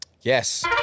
Yes